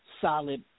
solid